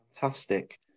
fantastic